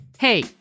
Hey